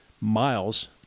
miles